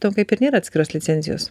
tau kaip ir nėra atskiros licencijos